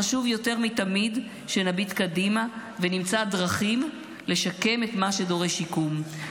חשוב יותר מתמיד שנביט קדימה ונמצא דרכים לשקם את מה שדורש שיקום,